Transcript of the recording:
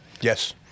Yes